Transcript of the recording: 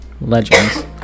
legends